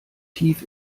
tief